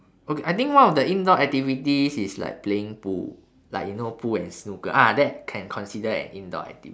okay I think one of the indoor activities is like playing pool like you know pool and snooker ah that can consider an indoor activity